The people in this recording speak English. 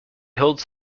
holds